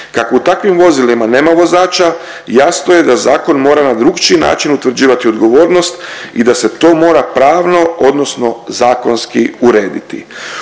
Kako u takvim vozilima nema vozača jasno je da zakon mora na drukčiji način utvrđivati odgovornost i da se to mora pravno odnosno zakonski urediti.